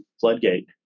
Floodgate